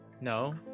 No